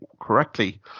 correctly